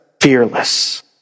fearless